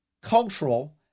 cultural